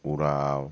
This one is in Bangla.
ওঁরাও